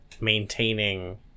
maintaining